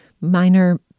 minor